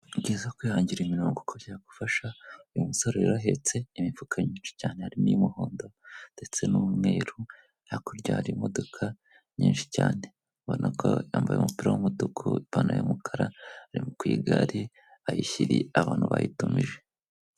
Ni byiza kwihangira imirongo kuko byagufasha uyu musore yarahetse imifuka myinshi cyane harimo y'umuhondo ndetse n'umweruru yakurya hari imodoka nyinshi cyane ubona ko yambaye umupira w'umutuku, ipantalo y'umukara arimo ku igare ayishyiriye abantu bayitumije.